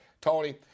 Tony